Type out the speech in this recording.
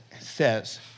says